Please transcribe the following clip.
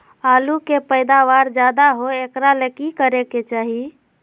आलु के पैदावार ज्यादा होय एकरा ले की करे के चाही?